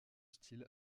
style